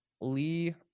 Lee